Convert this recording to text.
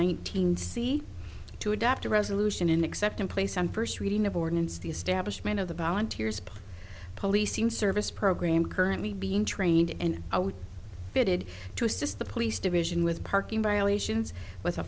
nineteen see to adopt a resolution and accept him place on first reading of ordinance the establishment of the volunteers policing service program currently being trained and fitted to assist the police division with parking violations with a